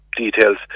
details